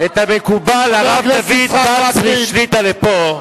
את המקובל הרב דוד בצרי שליט"א לפה,